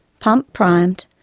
pump primed,